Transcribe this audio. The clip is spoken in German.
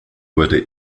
wurde